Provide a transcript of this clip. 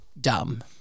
dumb